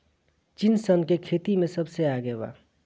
चीन सन के खेती में सबसे आगे बा